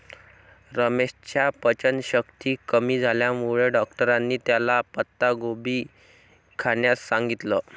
रमेशच्या पचनशक्ती कमी झाल्यामुळे डॉक्टरांनी त्याला पत्ताकोबी खाण्यास सांगितलं